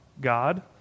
God